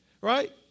right